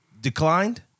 declined